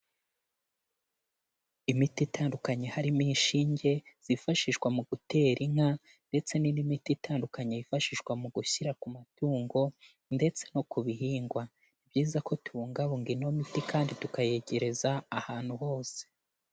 Imiti itandukanye harimo inshinge zifashishwa mu gutera inka ndetse n'indi miti itandukanye yifashishwa mu gushyira ku matungo ndetse no ku bihingwa, ni byiza ko tubungabunga ino miti kandi tukayegereza ahantu hose.